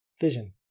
vision